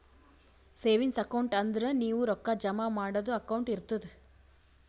savings account ಅಂದುರ್ ನೀವು ರೊಕ್ಕಾ ಜಮಾ ಮಾಡದು ಅಕೌಂಟ್ ಇರ್ತುದ್